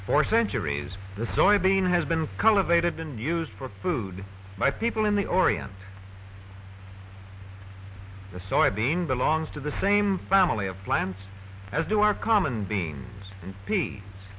for centuries the soybean has been cultivated been used for food by people in the orient the soybean belongs to the same family of plants as do our common beans and